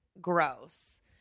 gross